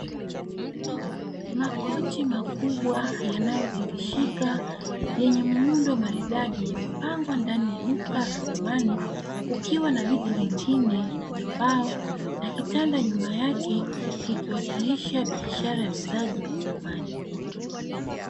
Makochi makubwa yanayotingishika yenye muundo maridadi yamepangwa ndani ya duka la samani, kukiwa na viti vingine vya mbao na kitanda nyuma yake kikiwakilisha biashara ya uuzaji wa samani.